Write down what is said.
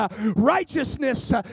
Righteousness